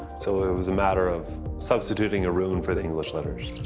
so it was a matter of substituting a rune for the english letters.